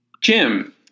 Jim